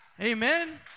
Amen